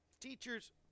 Teachers